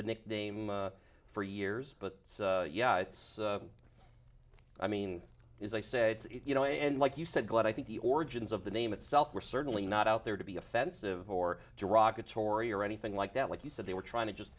the nickname for years but yeah it's i mean if they said you know and like you said what i think the origins of the name itself were certainly not out there to be offensive or derogatory or anything like that like you said they were trying to just